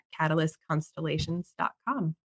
catalystconstellations.com